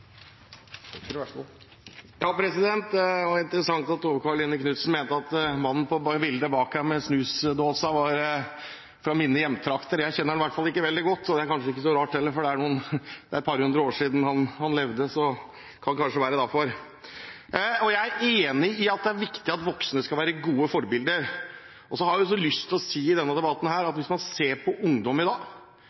mente at mannen på bildet bak her, med snusdåsen, var fra mine hjemtrakter. Jeg kjenner ham i hvert fall ikke veldig godt, og det er kanskje heller ikke så rart, for det er et par hundre år siden han levde. Det kan kanskje være derfor. Jeg er enig i at det er viktig at voksne skal være gode forbilder. Så har jeg også lyst til å si i denne debatten at hvis man ser på ungdom i dag,